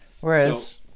whereas